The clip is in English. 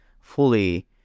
fully